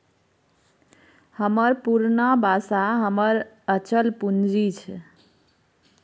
हमर पुरना बासा हमर अचल पूंजी छै